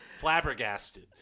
flabbergasted